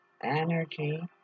energy